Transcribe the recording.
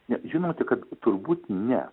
ne žinote kad turbūt ne